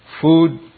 food